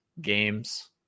games